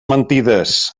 mentides